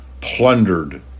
plundered